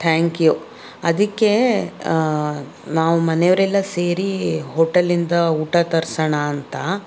thank you ಅದಕ್ಕೆ ನಾವು ಮನೆಯವರೆಲ್ಲ ಸೇರಿ ಹೋಟೆಲ್ಲಿಂದ ಊಟ ತರ್ಸೋಣ ಅಂತ